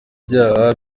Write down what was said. byaha